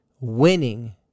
Winning